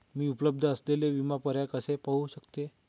मी उपलब्ध असलेले विमा पर्याय कसे पाहू शकते?